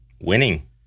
winning